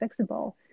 fixable